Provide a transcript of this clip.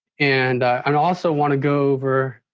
and um also want to go over.